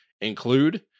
include